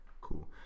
cool